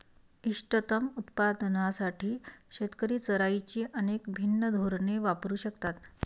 इष्टतम उत्पादनासाठी शेतकरी चराईची अनेक भिन्न धोरणे वापरू शकतात